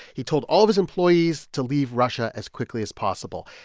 he told all of his employees to leave russia as quickly as possible.